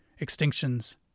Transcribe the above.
extinctions